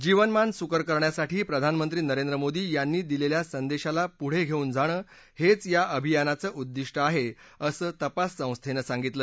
जीवनमान सुकर करण्यासाठी प्रधानमंत्री नरेंद्र मोदी यांनी दिलेल्या संदेशाला पुढे धेऊन जाणं हेच या अभियानाचं उद्दिष्ट आहे असं तपास संस्थेनं सांगितलं